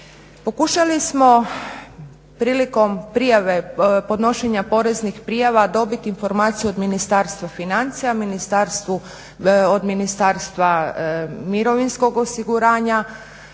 Pokušali smo prilikom prijave podnošenja poreznih prijava dobiti informaciju od Ministarstva financija, od Ministarstva mirovinskog osiguranja,